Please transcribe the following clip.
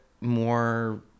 more